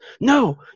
no